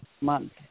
month